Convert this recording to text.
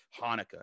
Hanukkah